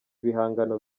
ibihangano